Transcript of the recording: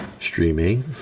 Streaming